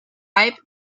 pipe